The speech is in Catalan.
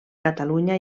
catalunya